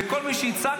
כל מי שיצעק,